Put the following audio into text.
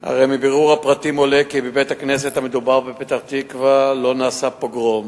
מבירור הפרטים עולה כי בבית-הכנסת המדובר בפתח-תקווה לא נעשה פוגרום,